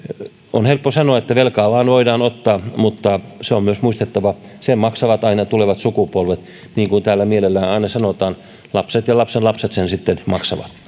on helppo sanoa että velkaa vain voidaan ottaa mutta se on myös muistettava että sen maksavat aina tulevat sukupolvet niin kuin täällä mielellään aina sanotaan lapset ja lapsenlapset sen sitten maksavat